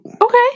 Okay